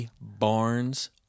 Barnes